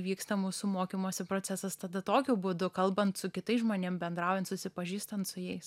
vyksta mūsų mokymosi procesas tada tokiu būdu kalbant su kitais žmonėm bendraujant susipažįstant su jais